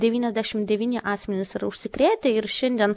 devyniasdešimt devyni asmenys yra užsikrėtę ir šiandien